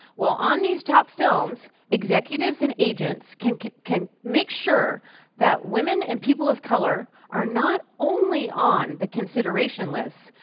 well, on these top films, executives and agents can can make sure that women and people of color are not only on the consideration list,